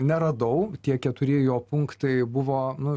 neradau tie keturi jo punktai buvo nu